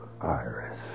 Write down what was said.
Iris